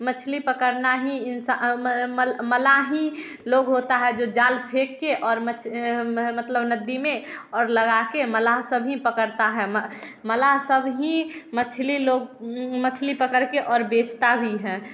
मछली पकड़ना ही इन्सा मलाह ही लोग होता है जो जाल फेंक के और मतलब नदी में और लगा के मलाह सब ही पकड़ता है मलाह सब ही मछली लोग मछली पकड़ के और बेचता भी है